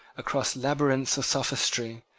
across labyrinths of sophistry,